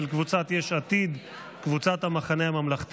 בסדר גמור.